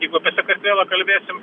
jeigu apie sakartvelą kalbėsim